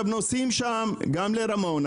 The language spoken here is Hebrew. נוסעים שם גם לרמון.